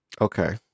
Okay